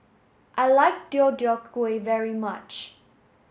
I like Deodeok gui very much